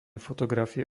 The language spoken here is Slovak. fotografie